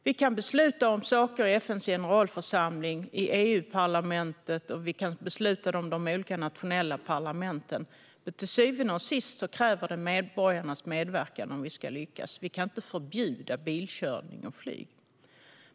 Vi kan besluta om saker i FN:s generalförsamling och i EU-parlamentet, och vi kan besluta i de olika nationella parlamenten. Men till syvende och sist kräver det medborgarnas medverkan om vi ska lyckas. Vi kan inte förbjuda bilkörning och flyg.